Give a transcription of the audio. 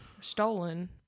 stolen